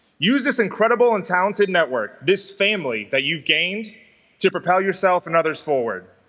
use this incredible and talented network this family that you've gained to propel yourself and others forward